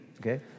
okay